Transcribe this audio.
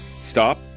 Stop